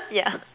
yeah